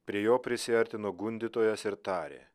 prie jo prisiartino gundytojas ir tarė